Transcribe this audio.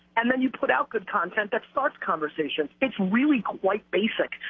and then you put out good content that starts conversation. it's really quite basic.